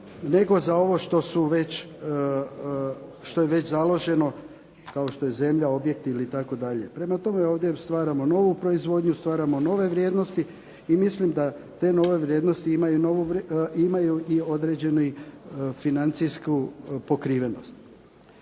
nego za ovo što je već založeno kao što je zemlja, objekt itd. Prema tome, ovdje stvaramo novu proizvodnju, stvaramo nove vrijednosti i mislim da te nove vrijednosti imaju i određenu financijsku pokrivenost.